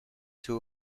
two